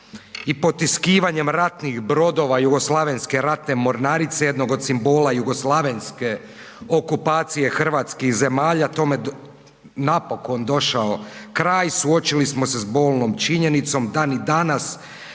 i potiskivanjem ratnih brodova Jugoslavenske ratne mornarice jednog od simbola jugoslavenske okupacije hrvatskih zemalja tome napokon došao kraj suočili smo se s bolnom činjenicom da ni danas